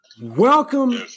Welcome